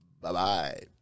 Bye-bye